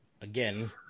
again